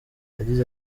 yagize